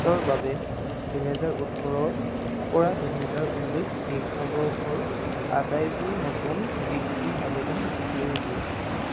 একৈছৰ বাবে দুহেজাৰ ওঠৰৰ পৰা দুহেজাৰ ঊনৈছ শিক্ষাবৰ্ষৰ আটাইবোৰ নতুন বৃত্তিৰ আবেদন বিচাৰি উলিয়াওক